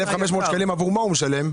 הוא משלם 1,500 שקלים עבור ההמלצה.